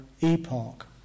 epoch